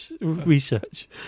research